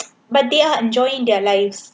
but they are enjoying their lives